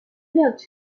notes